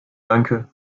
danke